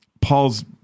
Paul's